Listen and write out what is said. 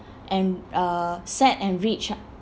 and uh set and reach